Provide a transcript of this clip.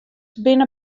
binne